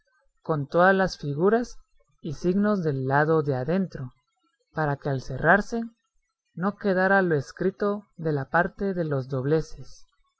con todas las figuras y signos del lado de adentro para que al cerrarse no quedara lo escrito de la parte de los dobleces